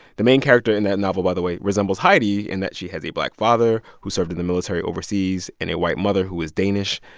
the main character in that novel, by the way, resembles heidi in that she has a black father who served in the military overseas and a white mother who is danish.